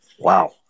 Wow